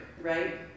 right